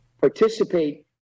participate